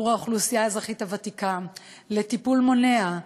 בעבור האוכלוסייה האזרחית הוותיקה לטיפול מונע,